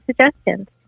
suggestions